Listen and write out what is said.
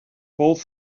both